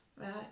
Right